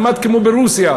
כמעט כמו ברוסיה,